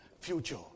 future